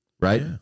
right